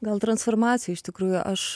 gal transformacija iš tikrųjų aš